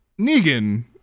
Negan